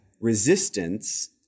resistance